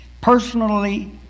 personally